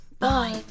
Bye